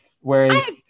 Whereas-